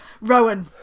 Rowan